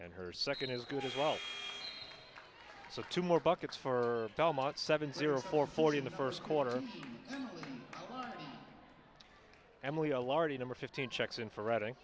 and her second is good as well so two more buckets for belmont seven zero for forty in the first quarter emily a large number fifteen checks in for